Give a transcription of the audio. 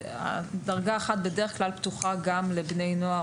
דרגה 1 בדרך פתוחה גם לבני נוער,